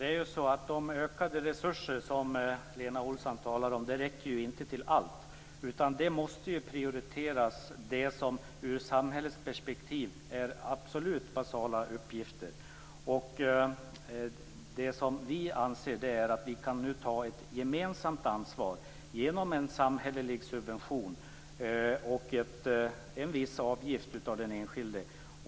Fru talman! De ökade resurser som Lena Olsson talar om räcker ju inte till allt, utan man måste ju prioritera det som ur samhällets perspektiv är absolut basala uppgifter. Vi anser att det nu kan bli ett gemensamt ansvar genom en samhällelig subvention och en viss avgift från den enskilde.